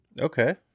okay